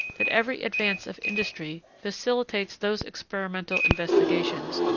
that every advance of industry facilitates those experimental investigations,